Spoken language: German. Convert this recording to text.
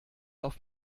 auf